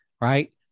right